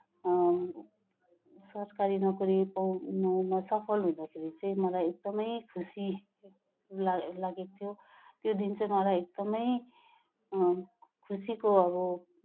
सरकारी नोकरी पाउनुमा सफल हुँदाखेरि चाहिँ मलाई एकदमै खुसी ला लागेको थियो त्यो दिन चाहिँ मलाई एकदमै खुसीको अब